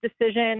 decision